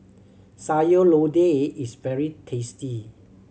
Sayur Lodeh is very tasty